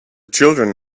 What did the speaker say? children